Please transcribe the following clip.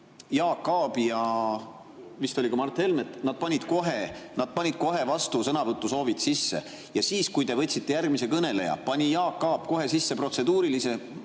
Jaak Aabi ja vist ka Mart Helmet, siis nad panid kohe vastusõnavõtu soovid sisse. Ja siis, kui te võtsite järgmise kõneleja, pani Jaak Aab kohe sisse protseduurilise.